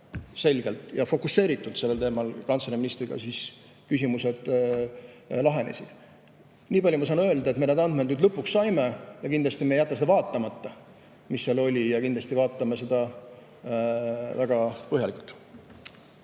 selgelt ja fokusseeritult sellel teemal [kantsleri] ja ministriga, siis küsimused lahenesid. Nii palju ma saan öelda, et me need andmed nüüd lõpuks saime ja kindlasti me ei jäta vaatamata, mis seal oli, ja kindlasti vaatame neid väga põhjalikult.